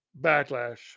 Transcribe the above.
Backlash